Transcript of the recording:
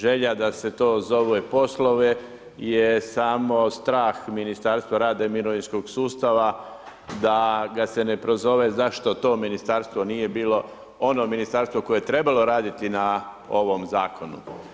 Želja da se to zove poslove je samo strah ministarstva rada i mirovinskog sustava, da ga se ne prozove, zašto to ministarstvo nije bilo ono ministarstvo koje je trebalo raditi na ovom zakonu.